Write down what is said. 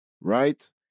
right